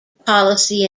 policy